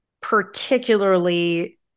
particularly